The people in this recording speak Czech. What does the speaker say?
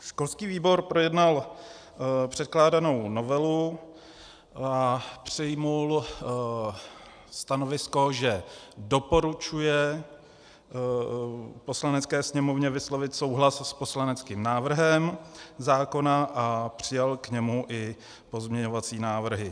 Školský výbor projednal předkládanou novelu a přijal stanovisko, že doporučuje Poslanecké sněmovně vyslovit souhlas s poslaneckým návrhem zákona, a přijal k němu i pozměňovací návrhy.